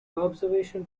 observation